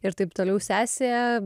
ir taip toliau sesė